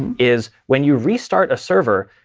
is when you restart a server,